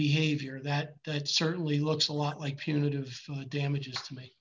behavior that certainly looks a lot like punitive damages to me